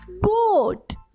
boat